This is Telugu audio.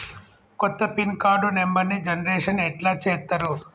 కొత్త పిన్ కార్డు నెంబర్ని జనరేషన్ ఎట్లా చేత్తరు?